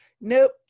Nope